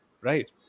Right